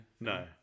no